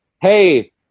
Hey